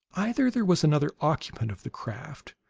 either there was another occupant of the craft,